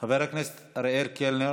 חבר הכנסת אריאל קלנר.